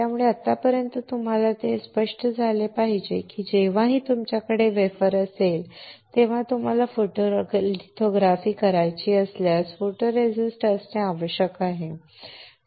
त्यामुळे आत्तापर्यंत तुम्हाला हे स्पष्ट झाले पाहिजे की जेव्हाही तुमच्याकडे वेफर असेल तेव्हा तुम्हाला फोटोलिथोग्राफी करायची असल्यास फोटोरेसिस्ट असणे आवश्यक आहे